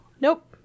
Nope